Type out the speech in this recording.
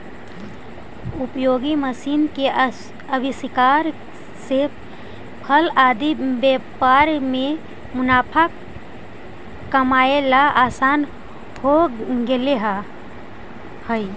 उपयोगी मशीन के आविष्कार से फल आदि के व्यापार में मुनाफा कमाएला असान हो गेले हई